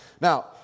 Now